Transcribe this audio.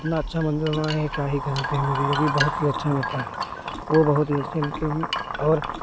इतना अच्छा मंदिल बनवाए हैं क्या ही कहते मोदी योगी अच्छा नेता हैं वे बहुत निष्ठ किम और